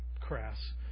crass